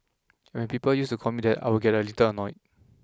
and when people used to call me that I would get a little annoyed